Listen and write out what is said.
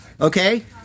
okay